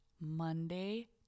Monday